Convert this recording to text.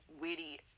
witty